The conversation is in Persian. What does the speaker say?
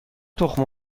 تخم